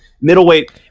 middleweight